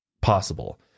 possible